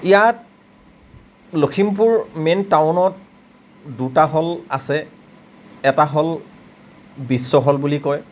ইয়াত লখিমপুৰ মেইন টাউনত দুটা হল আছে এটা হল বিশ্ব হল বুলি কয়